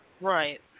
Right